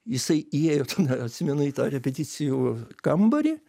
jisai įėjo tada atsimenu į tą repeticijų kambarį